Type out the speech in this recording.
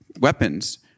weapons